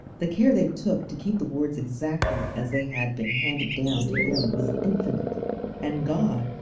the care they took to keep the words exactly as they had been handed down to them was infinite and god,